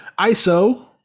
ISO